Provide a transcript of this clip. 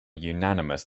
unanimous